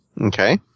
Okay